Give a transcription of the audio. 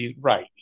Right